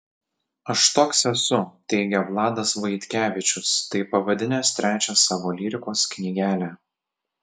aš toks esu teigia vladas vaitkevičius taip pavadinęs trečią savo lyrikos knygelę